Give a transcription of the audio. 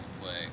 play